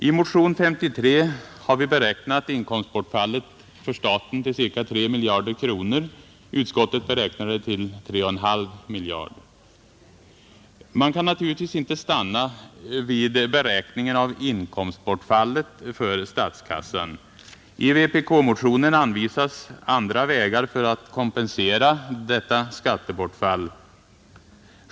I motion nr 53 har vi beräknat inkomstbortfallet för staten till ca 3 miljarder kronor. Utskottet beräknar det till 3,5 miljarder kronor. Man kan naturligtvis inte stanna vid beräkningen av inkomstbortfallet för statskassan. I vpk-motionen anvisas också andra vägar för att kompensera detta skattebortfall.